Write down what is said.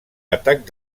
atac